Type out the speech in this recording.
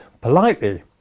politely